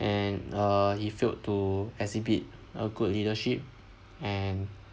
and uh he failed to exhibit a good leadership and